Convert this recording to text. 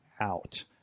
out